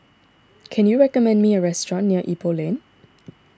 can you recommend me a restaurant near Ipoh Lane